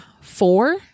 four